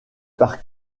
par